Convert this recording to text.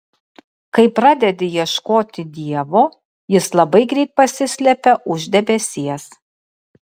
kai pradedi ieškoti dievo jis labai greit pasislepia už debesies